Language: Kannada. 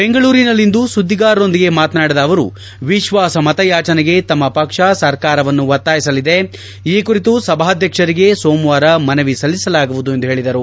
ಬೆಂಗಳೂರಿನಲ್ಲಿಂದು ಸುದ್ದಿಗಾರರೊಂದಿಗೆ ಮಾತನಾಡಿದ ಅವರು ವಿಶ್ವಾಸ ಮತಯಾಚನೆಗೆ ತಮ್ಮ ಪಕ್ಷ ಸರ್ಕಾರವನ್ನು ಒತ್ತಾಯಿಸಲಿದೆ ಈ ಕುರಿತು ಸಭಾಧ್ಯಕ್ಷರಿಗೆ ಸೋಮವಾರ ಮನವಿ ಮಾಡಲಾಗುವುದು ಎಂದು ಹೇಳಿದರು